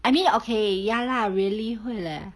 I mean okay ya lah really 会 leh